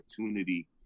opportunity